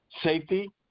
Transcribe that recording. safety